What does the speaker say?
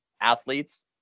athletes